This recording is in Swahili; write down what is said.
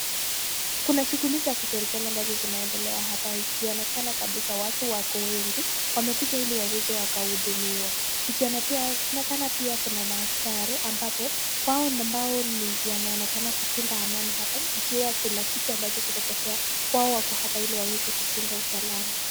Kuna shughuli za kiserikali ambazo zinaendelea hapa ikionekana kabisa watu wako wengi wamekuja ili waweze wakahudumiwa. Ikionekana pia ikionekana pia kuna maaskari ambapo wao na ambao ni wanaonekana kuchunga amani hapa ikiwa kila kitu ambacho kitatokea wao wako hapa ili waweze kuchunga usalama.